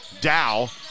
Dow